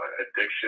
addiction